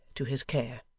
to his care.